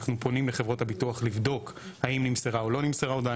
אנחנו פונים לחברות הביטוח לבדוק האם נמסרה הודעה או לא נמסרה הודעה.